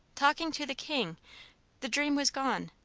talking to the king the dream was gone.